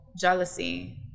jealousy